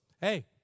hey